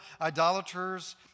idolaters